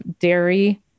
dairy